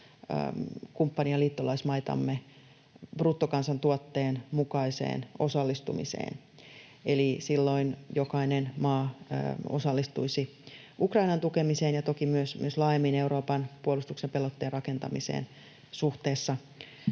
kumppani- ja liittolaismaitamme bruttokansantuotteen mukaiseen osallistumiseen. Eli silloin jokainen maa osallistuisi Ukrainan tukemiseen ja toki myös laajemmin Euroopan puolustuksen, pelotteen rakentamiseen suhteessa